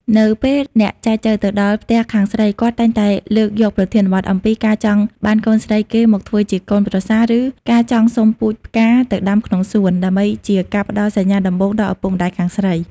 នៅពេលអ្នកចែចូវទៅដល់ផ្ទះខាងស្រី គាត់តែងតែលើកយកប្រធានបទអំពី "ការចង់បានកូនស្រីគេមកធ្វើជាកូនប្រសា" ឬ "ការចង់សុំពូជផ្កាទៅដាំក្នុងសួន" ដើម្បីជាការផ្ដល់សញ្ញាដំបូងដល់ឪពុកម្ដាយខាងស្រី។